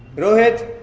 rohit.